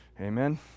Amen